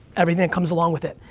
everything that comes along with it,